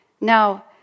Now